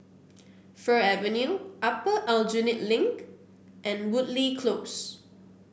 Fir Avenue Upper Aljunied Link and Woodleigh Close